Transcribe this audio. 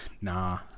Nah